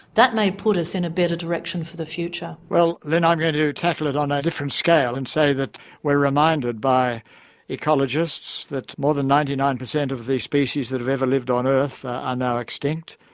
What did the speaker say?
that may put us in a better direction for the future. well, lynne, i'm ah going to tackle it on a different scale and say that we're reminded by ecologists that more than ninety nine per cent of the species that have ever lived on earth are now extinct.